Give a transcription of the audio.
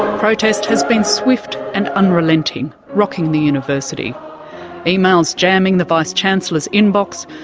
protest has been swift and unrelenting, rocking the university emails jamming the vice-chancellor's inbox,